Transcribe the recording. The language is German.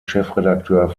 chefredakteur